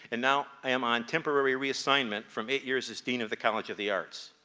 and now i am ah and temporary reassignment from eight years as dean of the college of the arts.